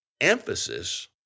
emphasis